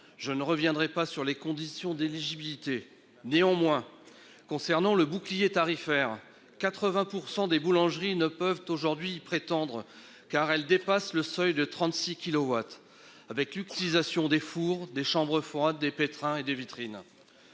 Je ne reviendrai pas sur les conditions d'éligibilité néanmoins concernant le bouclier tarifaire 80% des boulangeries ne peuvent aujourd'hui prétendre car elle dépasse le seuil de 36 kilowatts avec utilisation des fours des chambres froides des pétrin et des vitrines.